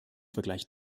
vergleich